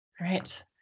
right